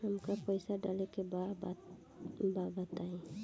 हमका पइसा डाले के बा बताई